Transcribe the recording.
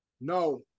No